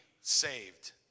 saved